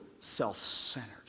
self-centered